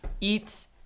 eat